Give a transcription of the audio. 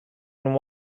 and